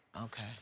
Okay